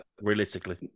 realistically